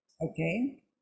Okay